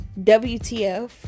wtf